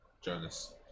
Jonas